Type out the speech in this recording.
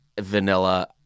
vanilla